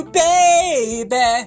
baby